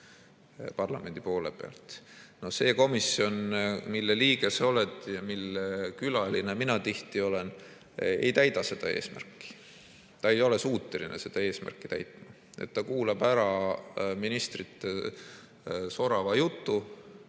parlamendi poolt. See komisjon, mille liige sa oled ja mille külaline mina tihti olen, ei täida seda eesmärki. Ta ei ole suuteline seda eesmärki täitma. Ta kuulab ära ministrite sorava jutu,